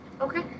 Okay